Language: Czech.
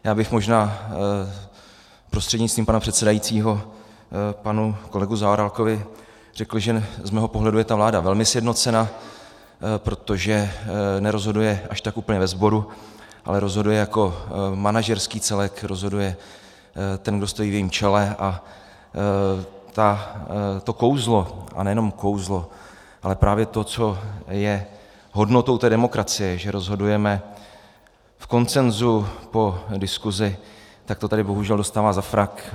Já bych možná prostřednictvím pana předsedajícího panu kolegovi Zaorálkovi řekl, že z mého pohledu je ta vláda velmi sjednocena, protože nerozhoduje až tak úplně ve sboru, ale rozhoduje jako manažerský celek, rozhoduje ten, kdo stojí v jejím čele, a to kouzlo, a nejenom kouzlo, ale právě to, co je hodnotou té demokracie, že rozhodujeme v konsenzu po diskusi, tak to tady bohužel dostává na frak.